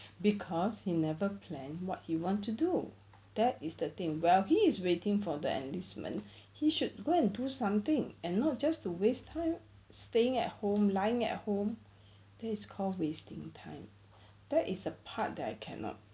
cause you never planned [what] you want to do that is the thing well he is waiting for the enlistment he should go and do something and not just to waste time staying at home lying at home that is called wasting time that is the part that I cannot